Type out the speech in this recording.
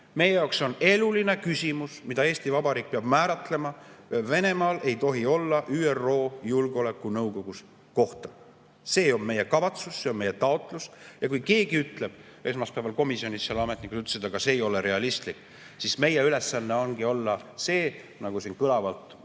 Meie jaoks on eluline küsimus, mida Eesti Vabariik peab määratlema: Venemaal ei tohi olla ÜRO Julgeolekunõukogus kohta. See on meie kavatsus, see on meie taotlus. Ja kui keegi ütleb – esmaspäeval komisjonis ametnikud ütlesid –, et see ei ole realistlik, siis meie ülesanne ongi olla see, nagu siin kõlavalt mõned